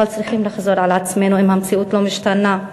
אבל צריכים לחזור על עצמנו אם המציאות לא משתנה.